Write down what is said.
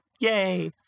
Yay